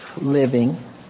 living